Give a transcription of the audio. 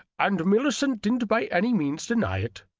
and millicent didn't by any means deny it.